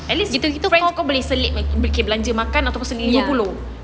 at least kita kita kawan boleh selit fikir belanja makan or sendiri lima puluh